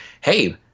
hey